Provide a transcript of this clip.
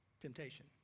temptation